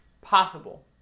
possible